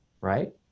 right